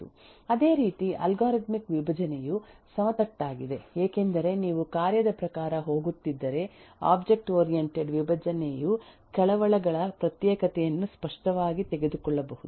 ಅದೇ ರೀತಿ ಅಲ್ಗಾರಿದಮಿಕ್ ವಿಭಜನೆಯು ಸಮತಟ್ಟಾಗಿದೆ ಏಕೆಂದರೆ ನೀವು ಕಾರ್ಯದ ಪ್ರಕಾರ ಹೋಗುತ್ತಿದ್ದರೆ ಒಬ್ಜೆಕ್ಟ್ ಓರಿಯಂಟೆಡ್ ವಿಭಜನೆಯು ಕಳವಳಗಳ ಪ್ರತ್ಯೇಕತೆಯನ್ನು ಸ್ಪಷ್ಟವಾಗಿ ತೆಗೆದುಕೊಳ್ಳಬಹುದು